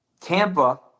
Tampa